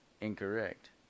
incorrect